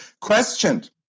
questioned